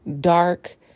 dark